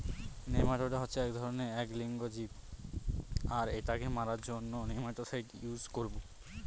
nematoda হচ্ছে এক ধরনের এক লিঙ্গ জীব আর এটাকে মারার জন্য নেমাটিসাইড ইউস করবো